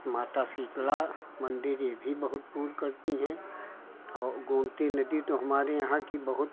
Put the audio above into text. माता शीतला मन्दिर ये भी बहुत पूर्ण करती हैं और गोमती नदी तो हमारे यहाँ की बहुत